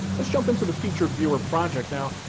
let's jump into the featured viewer project now.